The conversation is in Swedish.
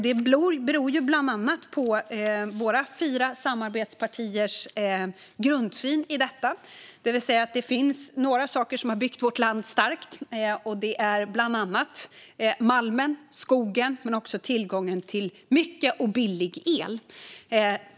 Det beror bland annat på våra fyra samarbetspartiers grundsyn på detta, det vill säga att det finns några saker som har byggt vårt land starkt, bland annat malmen och skogen men också tillgången till mycket och billig el.